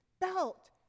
belt